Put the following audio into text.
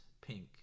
pink